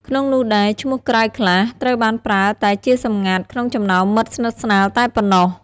ក្នុងនោះដែរ ឈ្មោះក្រៅខ្លះត្រូវបានប្រើតែជាសម្ងាត់ក្នុងចំណោមមិត្តស្និទ្ធស្នាលតែប៉ុណ្ណោះ។